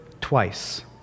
twice